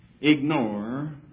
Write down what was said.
ignore